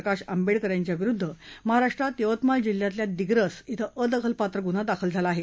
प्रकाश आंबेडकर यांच्याविरुध्द महाराष्ट्रात यवतमाळ जिल्ह्यातल्या दिग्रस क्षे अदखलपात्र गुन्हा दाखल झाला आहे